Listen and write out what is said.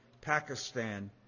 Pakistan